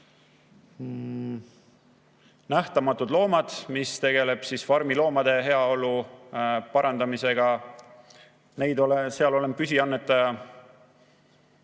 Nähtamatud Loomad, mis tegeleb farmiloomade heaolu parandamisega, seal olen püsiannetaja.